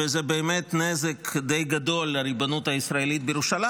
וזה באמת נזק די גדול לריבונות הישראלית בירושלים.